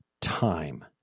time